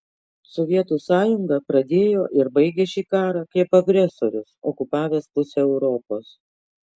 sovietų sąjunga pradėjo ir baigė šį karą kaip agresorius okupavęs pusę europos